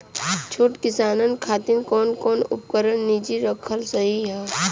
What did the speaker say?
छोट किसानन खातिन कवन कवन उपकरण निजी रखल सही ह?